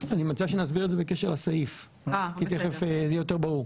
אני מציע שנסביר את זה בסוף הסעיף כדי שזה יהיה יותר ברור.